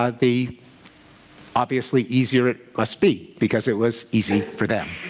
ah the obviously easier it must be, because it was easy for them.